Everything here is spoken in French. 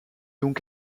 donc